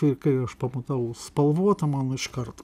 ir kai aš pamatau spalvotą man iškart